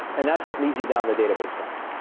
and that's what leads you down the database path.